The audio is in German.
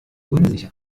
unsicher